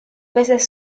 veces